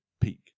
peak